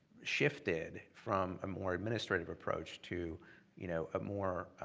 shifted from a more administrative approach to you know a more